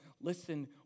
Listen